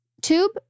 tube